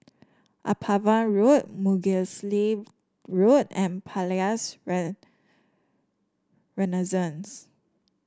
Upavon Road Mugliston Road and Palais Renaissance